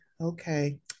Okay